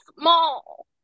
small